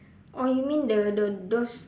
oh you mean the the those